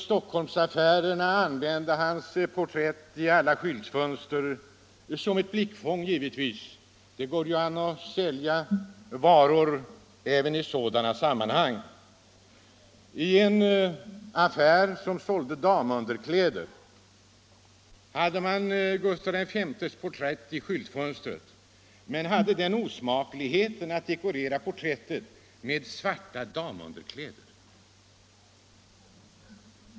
Stockholms affärer använde då hans porträtt i alla skyltfönster som ett blickfång — det går ju att sälja varor även i sådana sammanhang. En affär som sålde damunderkläder hade också Gustaf V:s porträtt i skyltfönstret men hade osmakligheten att dekorera porträttet med svarta damunderkläder.